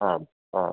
ആണ് ആ